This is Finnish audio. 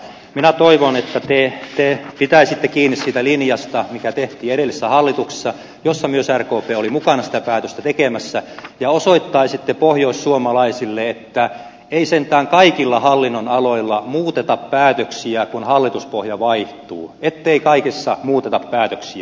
minä toivon että te pitäisitte kiinni siitä linjasta mikä tehtiin edellisessä hallituksessa jossa myös rkp oli mukana sitä päätöstä tekemässä ja osoittaisitte pohjoissuomalaisille että ei sentään kaikilla hallinnonaloilla muuteta päätöksiä kun hallituspohja vaihtuu ettei kaikessa muuteta päätöksiä